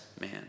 man